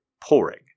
pouring